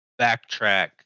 backtrack